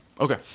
Okay